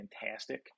fantastic